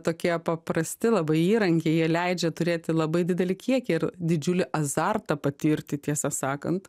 tokie paprasti labai įrankiai jie leidžia turėti labai didelį kiekį ir didžiulį azartą patirti tiesą sakant